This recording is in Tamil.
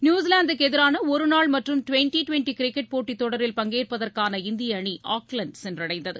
நியூஸிலாந்துக்கு எதிரான ஒருநாள் மட்டும் ட்வென்டி ட்வென்டி கிரிக்கெட் போட்டித் தொடரில் பங்கேற்பதற்கான இந்திய அணி ஆக்லாந்து சென்றடைந்தது